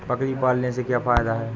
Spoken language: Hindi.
बकरी पालने से क्या फायदा है?